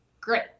great